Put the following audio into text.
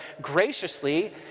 graciously